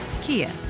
Kia